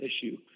issue